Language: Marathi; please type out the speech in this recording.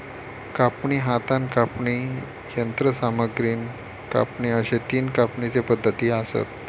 कापणी, हातान कापणी, यंत्रसामग्रीन कापणी अश्ये तीन कापणीचे पद्धती आसत